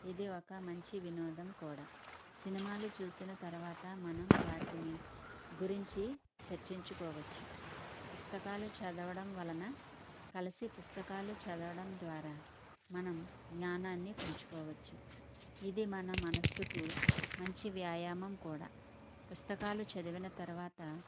ఇది ఒక మంచి వినోదం కూడా సినిమాలు చూసిన తర్వాత మనం వాటిని గురించి చర్చించుకోవచ్చు పుస్తకాలు చదవడం వలన కలిసి పుస్తకాలు చదవడం ద్వారా మనం జ్ఞానాన్ని పెంచుకోవచ్చు ఇది మన మనస్సుకు మంచి వ్యాయామం కూడా పుస్తకాలు చదివిన తర్వాత